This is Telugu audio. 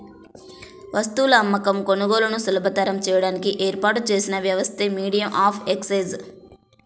వస్తువుల అమ్మకం, కొనుగోలులను సులభతరం చేయడానికి ఏర్పాటు చేసిన వ్యవస్థే మీడియం ఆఫ్ ఎక్సేంజ్